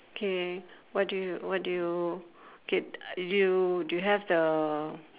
K what do you what do you K you do you have the